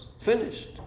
Finished